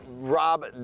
Rob